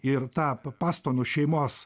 ir tą p pastonų šeimos